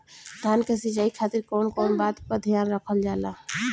धान के सिंचाई खातिर कवन कवन बात पर ध्यान रखल जा ला?